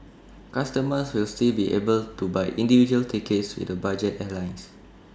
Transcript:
customers will still be able to buy individual tickets with the budget airlines